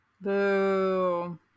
Boo